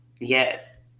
yes